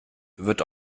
wird